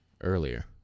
Earlier